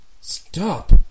stop